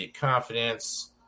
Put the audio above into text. confidence